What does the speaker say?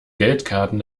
geldkarten